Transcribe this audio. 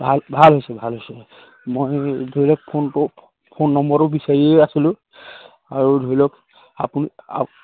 ভাল ভাল হৈছে ভাল হৈছে মই ধৰি লওক ফোনটো ফোন নম্বৰটো বিচাৰিয়ে আছিলোঁ আৰু ধৰি লওক আপুনি